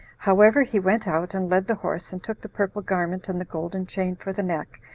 however, he went out and led the horse, and took the purple garment, and the golden chain for the neck,